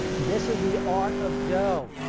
this is the art of dough.